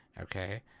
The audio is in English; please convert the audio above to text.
okay